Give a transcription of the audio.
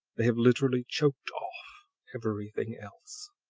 they have literally choked off everything else!